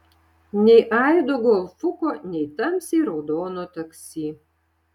nei aido golfuko nei tamsiai raudono taksi